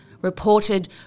reported